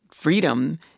freedom